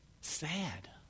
Sad